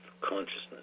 consciousness